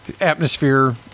atmosphere